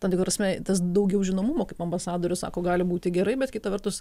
tam tikra prasme tas daugiau žinomumo kaip ambasadorius sako gali būti gerai bet kita vertus